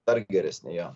dar geresni jo